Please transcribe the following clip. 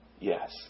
Yes